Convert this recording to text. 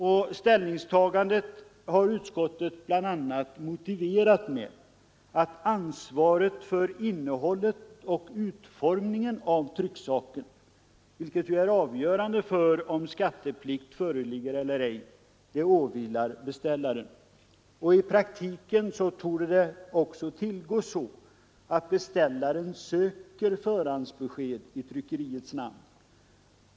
Det ställningstagandet har utskottet bl.a. motiverat med att ansvaret för innehållet och utformningen av trycksaker, vilket är avgörande för om skatteplikt föreligger eller ej, åvilar beställaren. I praktiken torde det också tillgå så att beställaren söker förhandsbesked i tryckeriets namn.